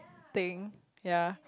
thing ya